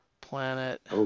planet